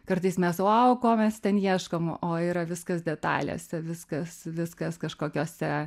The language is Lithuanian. kartais mes vau ko mes ten ieškom o yra viskas detalėse viskas viskas kažkokiose